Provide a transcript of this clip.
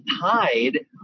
tied